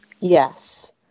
yes